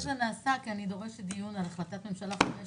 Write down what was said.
מאוד חשוב לי לראות איך זה נעשה כי אני דורשת דיון על החלטת ממשלה 566,